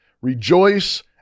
Rejoice